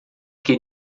que